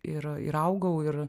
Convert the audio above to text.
ir ir augau ir